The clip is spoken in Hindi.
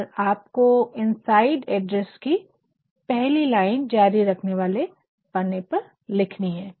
पर आपको इनसाइड एड्रेस की पहली लाइन जारी रखने वाले पन्ने पर लिखनी है